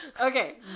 Okay